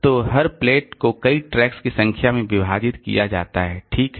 तो हर प्लेट को कई ट्रैक्स की संख्या में विभाजित किया जाता है ठीक है